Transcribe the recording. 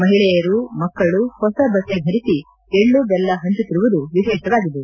ಮಹಿಳೆಯರು ಮಕ್ಕಳು ಹೊಸ ಬಟ್ಟೆ ಧರಿಸಿ ಎಳ್ಳು ಬೆಲ್ಲ ಹಂಚುತ್ತಿರುವುದು ವಿಶೇಷವಾಗಿತ್ತು